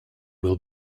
will